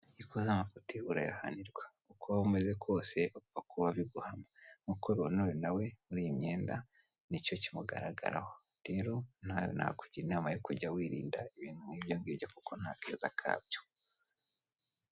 Iyo ukoze amafuti urayahanirwa uko waba umeze kose upipfa kuba biguhama nkuko ubona uyu nawe muri iyi myenda nicyo kimugaragaraho rero nawe nakugira inama yo kujya wirinda ibintu nk'ibyo ngibyo kuko nta keza kabyo.